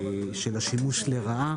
השימוש לרעה